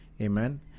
Amen